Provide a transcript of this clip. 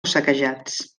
saquejats